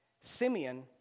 Simeon